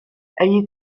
egli